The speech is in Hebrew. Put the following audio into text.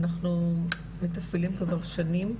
אנחנו מתפעלים כבר שנים,